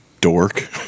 dork